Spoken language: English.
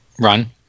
run